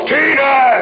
Tina